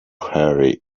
hurry